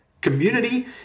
community